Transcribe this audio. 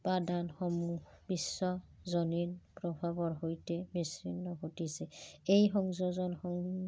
উপাদানসমূহ বিশ্বজনীন প্ৰভাৱৰ সৈতে বিচিন্ন ঘটিছে এই সংযোজনসমূহ